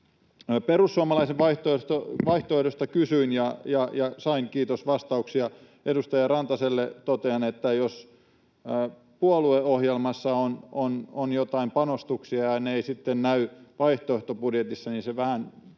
Perussuomalaisten vaihtoehdosta kysyin ja sain, kiitos, vastauksia. Edustaja Rantaselle totean, että jos puolueohjelmassa on jotain panostuksia ja ne eivät sitten näy vaihtoehtobudjetissa, niin se vähän